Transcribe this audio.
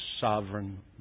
sovereign